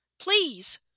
Please